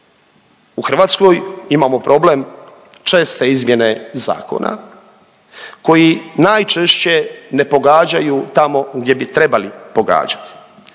U Hrvatskoj imamo problem česte izmjene zakona koji najčešće ne pogađaju tamo gdje bi trebali pogađati.